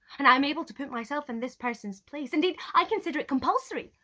and i am able to put myself in this person's place. indeed, i consider it compulsory,